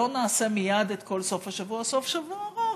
לא נעשה מייד את כל סוף השבוע סוף שבוע ארוך,